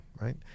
right